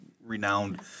renowned